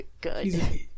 good